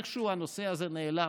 איכשהו הנושא הזה נעלם.